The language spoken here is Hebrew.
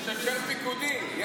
יש שרשרת פיקודית.